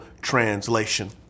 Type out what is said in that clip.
translation